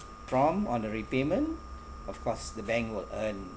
prompt on the repayment of course the bank will earn